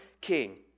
king